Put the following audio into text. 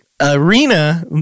Arena